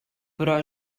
però